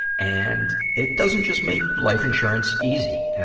and, it doesn't just make life insurance easy.